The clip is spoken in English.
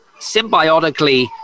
symbiotically